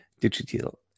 digital